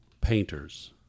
painters